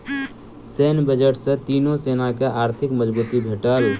सैन्य बजट सॅ तीनो सेना के आर्थिक मजबूती भेटल